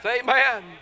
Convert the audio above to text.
amen